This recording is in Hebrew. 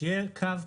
שיהיה קו,